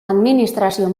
administrazio